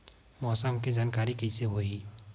मौसम के जानकारी कइसे होही?